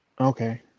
Okay